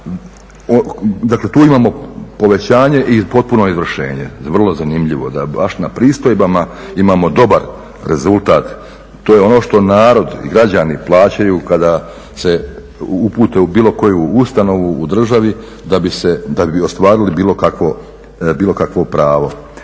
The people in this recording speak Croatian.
dakle tu imamo povećanje i potpuno izvršenje. Vrlo zanimljivo da baš na pristojbama imamo dobar rezultat, to je ono što narod i građani plaćaju kada se upute u bilo koju ustanovu u državi da bi ostvarili bilo kakvo pravo.